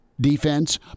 defense